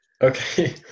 Okay